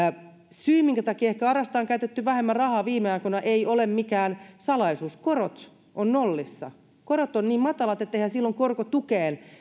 syy minkä takia arasta on käytetty ehkä vähemmän rahaa viime aikoina ei ole mikään salaisuus korot ovat nollissa korot ovat niin matalat että eihän silloin korkotukeen